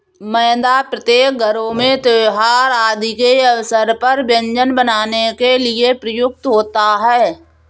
मैदा प्रत्येक घरों में त्योहार आदि के अवसर पर व्यंजन बनाने के लिए प्रयुक्त होता है